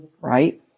Right